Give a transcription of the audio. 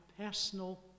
personal